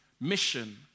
Mission